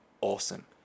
awesome